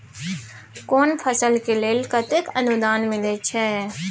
केना फसल के लेल केतेक अनुदान मिलै छै?